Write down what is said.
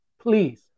please